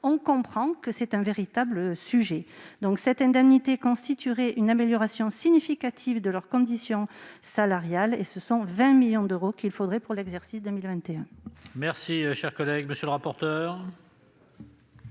dès lors qu'il y a là un véritable sujet. Cette indemnité constituerait donc une amélioration significative de leurs conditions salariales : ce sont 20 millions d'euros qu'il faudrait pour l'exercice 2021.